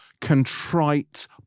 contrite